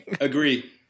Agree